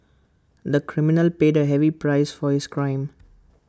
the criminal paid A heavy price for his crime